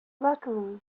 luckily